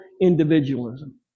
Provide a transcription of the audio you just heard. individualism